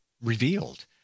revealed